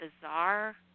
bizarre